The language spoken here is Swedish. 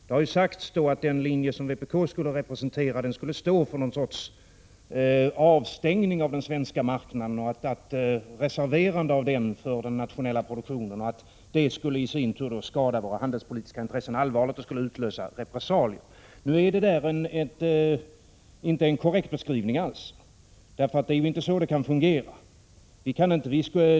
Det har sagts att den linje som vpk representerar skulle stå för någon sorts avstängning av den svenska marknaden och ett reserverande av den för den nationella produktionen — och att det i sin tur skulle skada våra handelspolitiska intressen allvarligt och utlösa repressalier. Det är alltså inte en korrekt beskrivning. Så kan det inte fungera.